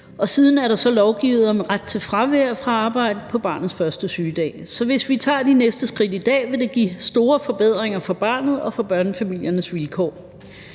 og siden er der så lovgivet om ret til fravær fra arbejde på barnets første sygedag. Så hvis vi tager de næste skridt i dag, vil det give store forbedringer i forhold til barnet og børnefamiliernes vilkår.